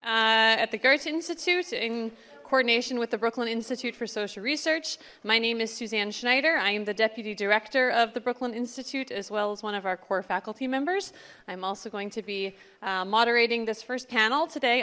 at the goethe institute in coordination with the brooklyn institute for social research my name is suzanne schneider i am the deputy director of the brooklyn institute as well as one of our core faculty members i'm also going to be moderating this first panel today